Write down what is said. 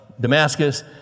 Damascus